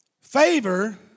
Favor